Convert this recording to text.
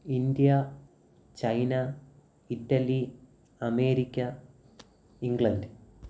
India China Italy America England